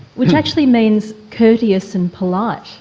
which actually means courteous and polite,